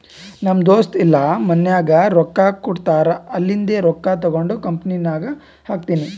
ನಮ್ ದೋಸ್ತ ಇಲ್ಲಾ ಮನ್ಯಾಗ್ ರೊಕ್ಕಾ ಕೊಡ್ತಾರ್ ಅಲ್ಲಿಂದೆ ರೊಕ್ಕಾ ತಗೊಂಡ್ ಕಂಪನಿನಾಗ್ ಹಾಕ್ತೀನಿ